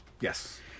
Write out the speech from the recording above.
yes